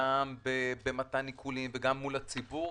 גם בעיקולים וגם מול הציבור,